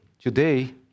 today